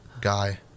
guy